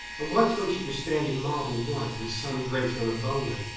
and once when she was standing marble-white and sun-drenched on a boulder,